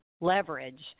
leverage